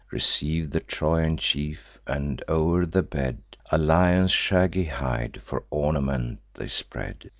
receiv'd the trojan chief and, o'er the bed, a lion's shaggy hide for ornament they spread.